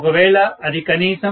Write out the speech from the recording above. ఒకవేళ అది కనీసం 2